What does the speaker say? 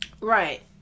Right